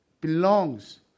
belongs